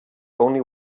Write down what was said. only